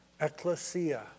ecclesia